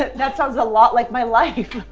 that sounds a lot like my life.